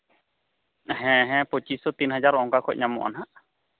ᱦᱮᱸ ᱦᱮᱸ ᱯᱚᱸᱪᱤᱥᱥᱚ ᱛᱤᱱ ᱦᱟᱡᱟᱨ ᱚᱱᱠᱟ ᱠᱷᱚᱡ ᱧᱟᱢᱚᱜᱼᱟ ᱦᱟᱸᱜ